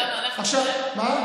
למה, אנחנו כן עושים את זה?